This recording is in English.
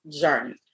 journey